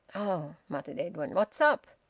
oh! muttered edwin. what's up?